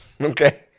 Okay